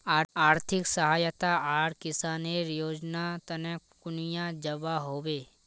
आर्थिक सहायता आर किसानेर योजना तने कुनियाँ जबा होबे?